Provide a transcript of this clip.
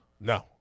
No